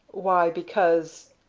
why, because,